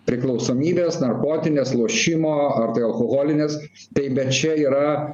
priklausomybės narkotinės lošimo ar tai alkoholinės tai bet čia yra